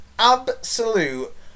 Absolute